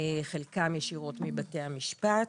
חלקן ישירות מבתי המשפט.